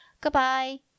Goodbye